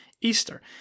Easter